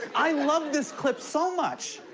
i love this clip so much,